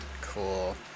Cool